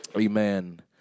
Amen